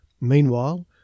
Meanwhile